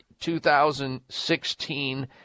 2016